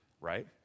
right